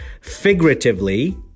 figuratively